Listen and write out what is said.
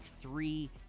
three